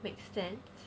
make sense